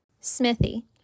Smithy